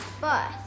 bus